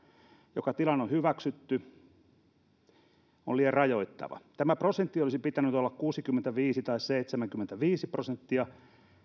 joka tilaan on hyväksytty on liian rajoittava tämä prosentti olisi pitänyt olla kuusikymmentäviisi tai seitsemänkymmentäviisi prosenttia